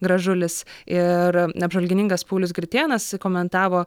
gražulis ir na apžvalgininkas paulius gritėnas komentavo